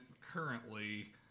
currently